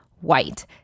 White